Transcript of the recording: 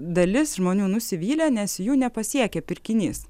dalis žmonių nusivylė nes jų nepasiekė pirkinys